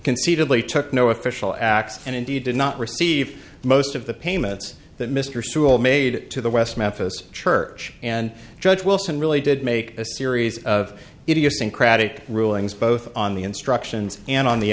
conceivably took no official acts and indeed did not receive most of the payments that mr sewell made to the west memphis church and judge wilson really did make a series of idiosyncratic rulings both on the instructions and on the